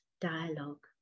dialogue